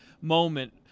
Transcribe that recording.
moment